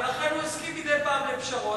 ולכן הוא הסכים מדי פעם לפשרות,